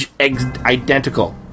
identical